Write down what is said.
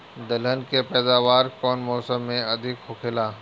दलहन के पैदावार कउन मौसम में अधिक होखेला?